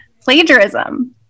Plagiarism